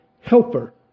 helper